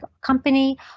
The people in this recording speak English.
company